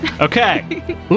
Okay